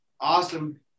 Awesome